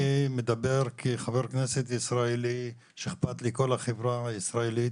אני מדבר כחבר כנסת ישראלי שאכפת לו מכל החברה הישראלית,